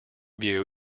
view